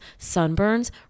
sunburns